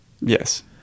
Yes